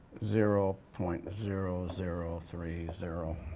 zero point zero zero three zero.